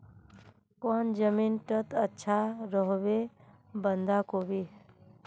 कौन जमीन टत अच्छा रोहबे बंधाकोबी?